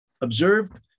observed